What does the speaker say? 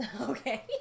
Okay